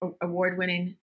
award-winning